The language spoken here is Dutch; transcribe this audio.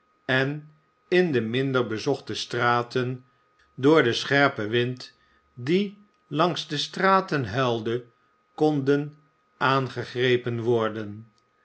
en in de minder bezochte straten door den scherpen wind die langs de straten huüde konden aangegrepen worden